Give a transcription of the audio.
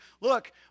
look